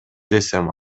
десем